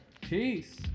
Peace